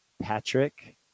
Patrick